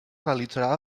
realitzarà